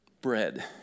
Bread